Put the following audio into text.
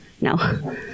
No